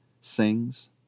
sings